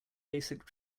basic